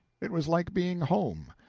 it was like being home.